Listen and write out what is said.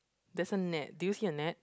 there's a net do you see a net